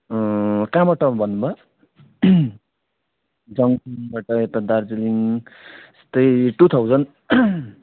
कहाँबाट भन्नु भयो जङ्सनबाट यता दार्जिलिङ यस्तै टू थाउजन्ड